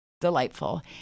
delightful